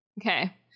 Okay